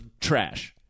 trash